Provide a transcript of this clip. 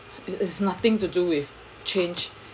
is is nothing to do with change